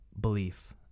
belief